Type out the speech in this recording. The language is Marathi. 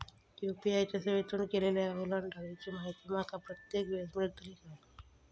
यू.पी.आय च्या सेवेतून केलेल्या ओलांडाळीची माहिती माका प्रत्येक वेळेस मेलतळी काय?